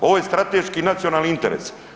Ovo je strateški nacionalni interes.